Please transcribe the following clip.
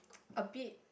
a bit